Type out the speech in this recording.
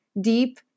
deep